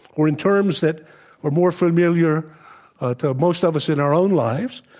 or in terms that are more familiar to most of us in our own lives,